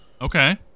Okay